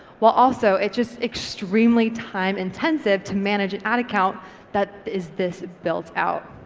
while also, it's just extremely time intensive to manage an ad account that is this built out.